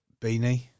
Beanie